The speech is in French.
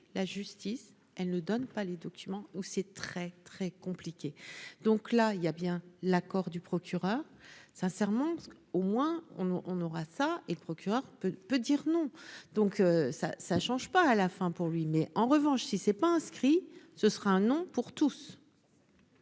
la justice, elle ne donne pas les documents ou c'est très très compliqué, donc là il y a bien l'accord du procureur, sincèrement, parce qu'au moins on aura ça et le procureur peut peut dire non, donc ça, ça change pas à la fin pour lui mais en revanche, si c'est pas inscrit, ce sera un nom pour tous.